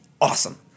awesome